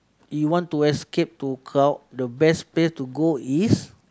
you want to escape to crowd the best place to go is